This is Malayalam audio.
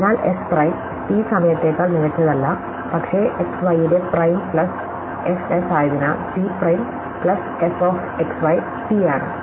അതിനാൽ എസ് പ്രൈം ടി സമയത്തേക്കാൾ മികച്ചതല്ല പക്ഷേ എക്സ് വൈയുടെ പ്രൈം പ്ലസ് എഫ് എസ് ആയതിനാൽ T prime plus F of X Y T ആണ്